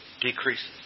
decreases